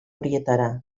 horietara